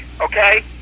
okay